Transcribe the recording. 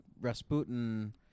rasputin